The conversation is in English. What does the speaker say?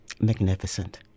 magnificent